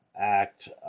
act